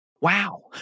Wow